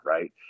Right